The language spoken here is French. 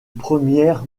première